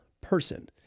person